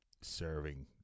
serving